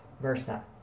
versa